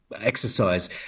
exercise